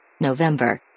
November